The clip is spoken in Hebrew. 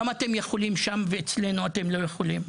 למה אתם יכולים שם ואצלנו אתם לא יכולים?